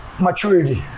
Maturity